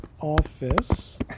office